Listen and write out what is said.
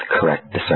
correct